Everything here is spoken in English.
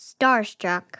starstruck